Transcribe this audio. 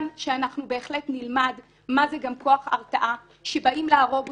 שאנחנו בהחלט נלמד מה זה גם כוח הרתעה כשבאים להרוג אותנו.